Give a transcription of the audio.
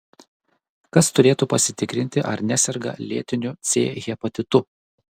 kas turėtų pasitikrinti ar neserga lėtiniu c hepatitu